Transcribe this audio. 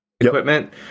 equipment